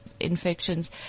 infections